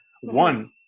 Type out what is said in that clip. One